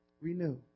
Renew